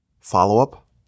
follow-up